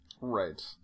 right